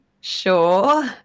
sure